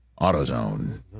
AutoZone